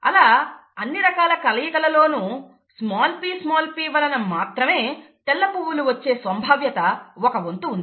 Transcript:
అలా అన్ని రకాల కలయికల లోనూ స్మాల్ p స్మాల్ p వలన మాత్రమే తెల్ల పువ్వులు వచ్చే సంభావ్యత ఒక వంతు ఉంది